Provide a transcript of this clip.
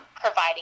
providing